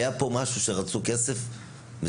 היה פה איזה עניין שרצו כסף מזומן